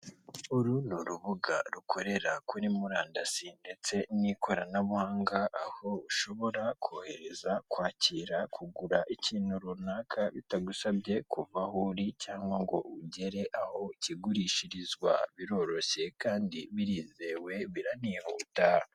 Icyapa cyo mu muhanda gifite ishusho ya mpande eshatu kizengurutswe n'umutuku, imbere ubuso n'umweru, ikirango n'umukara. Iki cyapa kirereka abayobozi b'amamodoka ko imbere aho bari kujya hari kubera ibikorwa by'ubwubatsi.